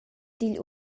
digl